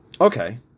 okay